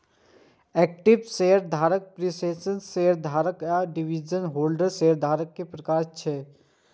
equity शेयरधारक, preference शेयरधारक आ डिवेंचर होल्डर शेयरधारक के प्रकार छियै